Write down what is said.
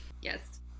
yes